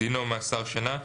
דינו - מאסר שנה,